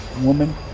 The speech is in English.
woman